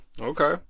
Okay